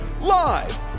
live